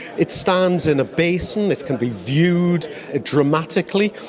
it stands in a basin, it can be viewed ah dramatically,